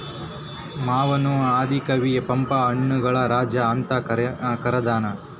ಮಾವನ್ನು ಆದಿ ಕವಿ ಪಂಪ ಹಣ್ಣುಗಳ ರಾಜ ಅಂತ ಕರದಾನ